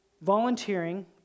volunteering